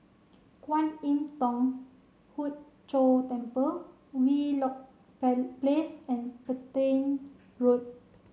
Kwan Im Thong Hood Cho Temple Wheelock Place and Petain Road